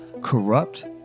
corrupt